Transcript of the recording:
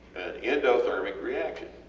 an endothermic reaction,